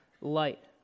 light